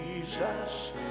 Jesus